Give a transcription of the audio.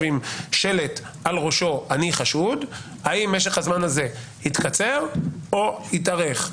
עם שלט על ראשו: "אני חשוד" התקצר או התארך?